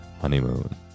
honeymoon